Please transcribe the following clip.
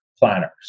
planners